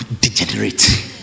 degenerate